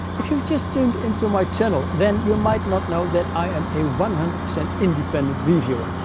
if you just tuned in to my channel then you might not know that i am a one hundred percent independent reviewer.